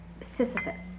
Sisyphus